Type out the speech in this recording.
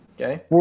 Okay